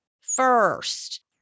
first